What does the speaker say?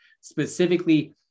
specifically